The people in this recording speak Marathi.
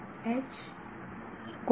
विद्यार्थी H